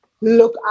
look